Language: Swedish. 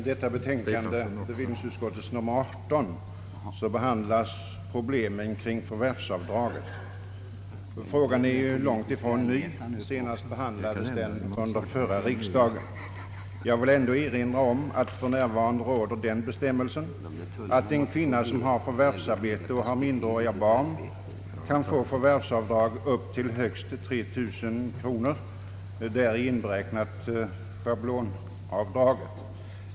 Herr talman! I bevillningsutskottets betänkande nr 18 behandlas problemen kring förvärvsavdraget. Frågan är långt ifrån ny. Senast behandlades den under förra riksdagen. Jag vill ändå erinra om att för närvarande råder den bestämmelsen att en kvinna som har förvärvsarbete och har minderåriga barn kan få förvärvsavdrag upp till högst 3 000 kronor, däri inräknat schablonavdraget.